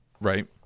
Right